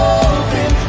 open